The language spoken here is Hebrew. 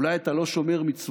אולי אתה לא שומר מצוות,